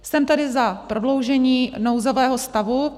Jsem tedy za prodloužení nouzového stavu.